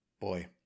Boy